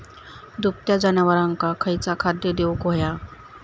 दुभत्या जनावरांका खयचा खाद्य देऊक व्हया?